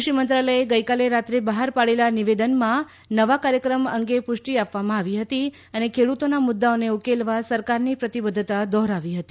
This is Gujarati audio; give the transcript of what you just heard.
કૃષિ મંત્રાલયે ગઈકાલે રાત્રે બહાર પાડેલા નિવેદનમાં નવા કાર્યક્રમ અંગે પુષ્ટિ આપવામાં આવી હતી અને ખેડૂતોના મુદ્દાઓને ઉકેલવા સરકારની પ્રતિબદ્ધતા દોહરાવી હતી